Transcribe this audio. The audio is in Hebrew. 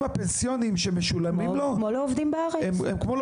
הפנסיוניים שמשולמים לו הם כמו לעובדים בארץ.